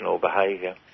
behaviour